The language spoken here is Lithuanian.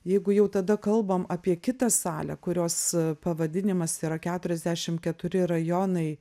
jeigu jau tada kalbam apie kitą salę kurios pavadinimas yra keturiasdešim keturi rajonai